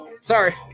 sorry